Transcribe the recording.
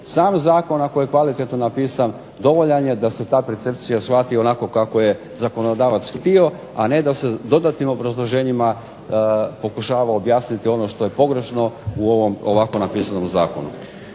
Sam zakon ako je kvalitetno napisan dovoljan je da se ta percepcija shvati onako kako je zakonodavac htio, a ne da se dodatnim obrazloženjima pokušava objasniti ono što je pogrešno u ovom ovako napisanom zakonu.